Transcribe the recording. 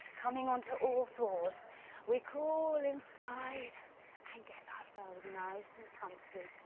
coming on to all fours we crawl inside and ourselves nice and comfy.